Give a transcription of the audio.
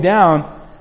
down